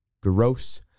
gross